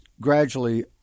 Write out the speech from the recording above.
gradually